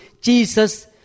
Jesus